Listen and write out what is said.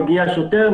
מגיע שוטר,